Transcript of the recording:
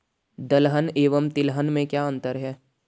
दलहन एवं तिलहन में क्या अंतर है?